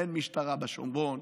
אין משטרה בשומרון,